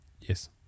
yes